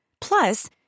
Plus